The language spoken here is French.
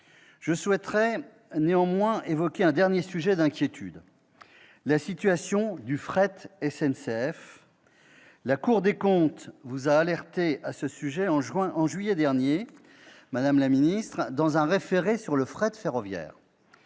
Je souhaiterais néanmoins évoquer un dernier sujet d'inquiétude : la situation de Fret SNCF. La Cour des comptes vous a alertée sur ce sujet en juillet dernier, madame la ministre, dans un référé sur le fret ferroviaire.